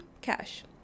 cash